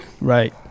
Right